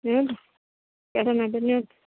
ନିଅନ୍ତୁ କେଉଁଟା ନେବେ ନିଅନ୍ତୁ